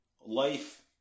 life